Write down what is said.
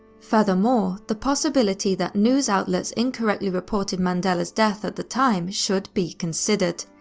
furthermore, the possibility that news outlets incorrectly reported mandela's death at the time should be considered.